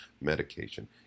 medication